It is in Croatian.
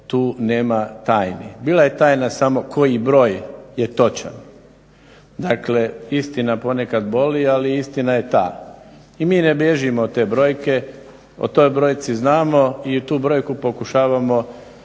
tu nema tajni. Bila je tajna samo koji broj je točan. Dakle, istina ponekad boli, ali istina je ta. I mi ne bježimo od te brojke. O toj brojci znamo i tu brojku pokušavamo